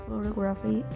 photography